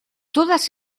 todas